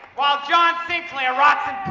while john rock.